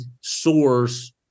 source